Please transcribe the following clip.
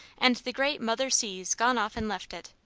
and the great mother-sea's gone off and left it.